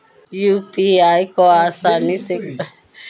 UPI को आसानी से कहीं भी रहकर प्रयोग किया जा सकता है